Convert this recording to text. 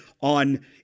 on